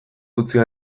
utzia